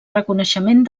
reconeixement